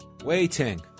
waiting